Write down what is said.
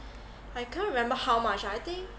I can't remember how much ah I think